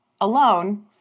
alone